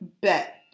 bet